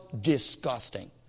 disgusting